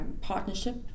partnership